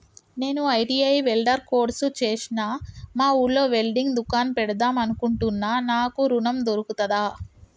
నేను ITI welder course చేశ్న మా ఊర్లో వెల్డింగ్ దుకాన్ పెడదాం అనుకుంటున్నా నాకు ఋణం దొర్కుతదా?